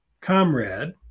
comrade